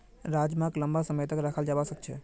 राजमाक लंबा समय तक रखाल जवा सकअ छे